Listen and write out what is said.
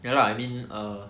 ya lah I mean err